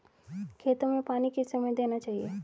खेतों में पानी किस समय देना चाहिए?